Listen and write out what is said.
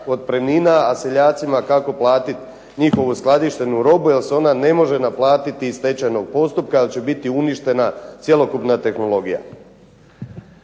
otpremnina, a seljacima kako platiti njihovu uskladištenu robu jer se ona ne može naplatiti iz stečajnog postupka jer će biti uništena cjelokupna tehnologija.